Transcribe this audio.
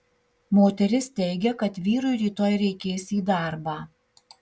moteris teigia kad vyrui rytoj reikės į darbą